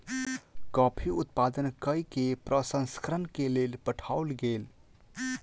coffee उत्पादन कय के प्रसंस्करण के लेल पठाओल गेल